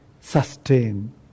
sustain